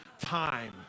time